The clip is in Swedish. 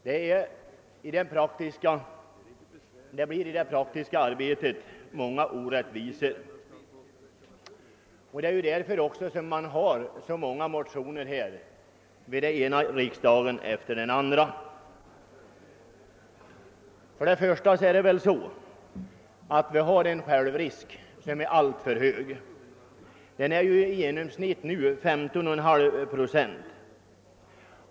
Det uppstår i praktiken många orättvisor. Det är också därför det har väckts så många motioner i frågan vid den ena riksdagen efter den andra. Vi har en självrisk som är alltför hög. Den är i genomsnitt 5,5 procent.